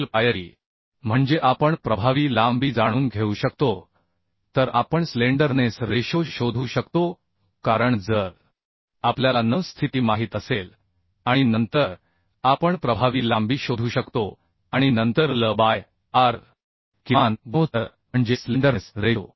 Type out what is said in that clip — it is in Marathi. पुढील पायरी म्हणजे आपण प्रभावी लांबी जाणून घेऊ शकतो तर आपण स्लेंडरनेस रेशो शोधू शकतो कारण जर आपल्याला n स्थिती माहित असेल आणि नंतर आपण प्रभावी लांबी शोधू शकतो आणि नंतर L बाय R किमान गुणोत्तर म्हणजे स्लेंडरनेस रेशो